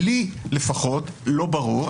לי, לפחות, לא ברור.